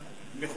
בהחלט.